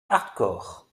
hardcore